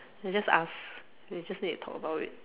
you just ask you just need to talk about it